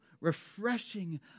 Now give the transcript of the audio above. refreshing